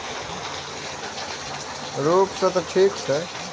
कचरा के नियमित रूप सं निपटान करू